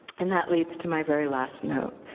and that leads to my very last note.